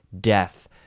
death